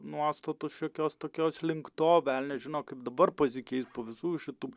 nuostatos šiokios tokios link to velnias žino kaip dabar pasikeis po visų šitų